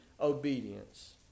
obedience